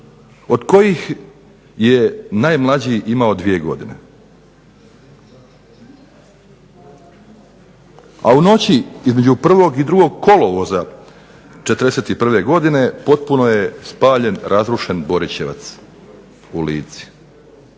od kojih je najmlađi imao 2 godine, a u noći između prvog i drugog kolovoza '41. godine potpuno je spaljen razrušen Borićevac u Lici,